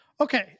Okay